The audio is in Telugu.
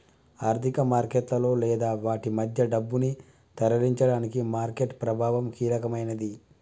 ఆర్థిక మార్కెట్లలో లేదా వాటి మధ్య డబ్బును తరలించడానికి మార్కెట్ ప్రభావం కీలకమైనది